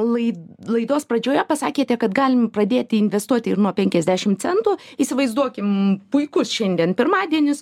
lai laidos pradžioje pasakėte kad galim pradėti investuoti ir nuo penkiasdešimt centų įsivaizduokim puikus šiandien pirmadienis